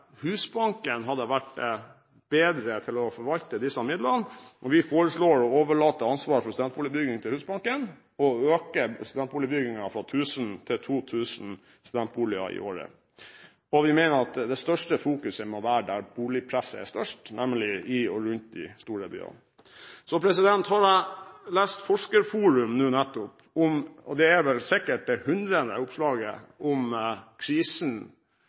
Husbanken hadde vært bedre til å forvalte disse midlene. Vi foreslår å overlate ansvaret for studentboligbygging til Husbanken, og øke studentboligbyggingen fra 1 000 til 2 000 studentboliger i året. Vi mener at det største fokuset må være der boligpresset er størst, nemlig i og rundt de store byene. Jeg har lest Forskerforum nå nettopp – og det er vel sikkert det hundrede oppslaget – om krisen